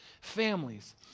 families